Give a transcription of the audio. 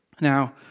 Now